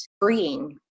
freeing